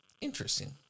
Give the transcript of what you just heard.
interesting